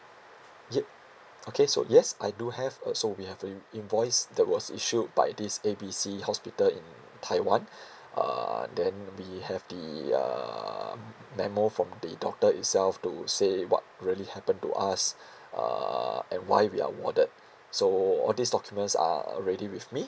ye~ okay so yes I do have also we have the in~ invoice that was issued by this A B C hospital in taiwan uh then we have the uh memo from the doctor itself to say what really happened to us uh and why we are warded so all these documents are already with me